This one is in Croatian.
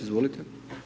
Izvolite.